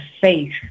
faith